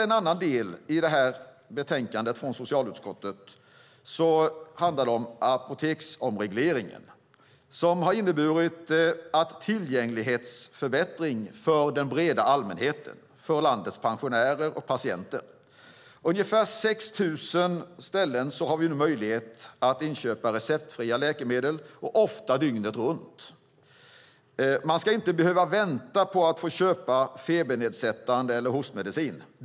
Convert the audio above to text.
En annan del i det här betänkandet från socialutskottet handlar om apoteksomregleringen, som har inneburit en tillgänglighetsförbättring för den breda allmänheten, för landets pensionärer och patienter. På ungefär 6 000 ställen har vi nu möjlighet att inköpa receptfria läkemedel, och på många dygnet runt. Man ska inte behöva vänta på att få köpa febernedsättande medel eller hostmedicin.